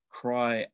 cry